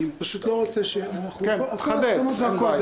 אני פשוט לא רוצה אנחנו אחרי הסכמות והכול.